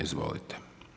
Izvolite.